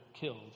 killed